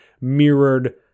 mirrored